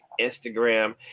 Instagram